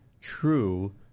true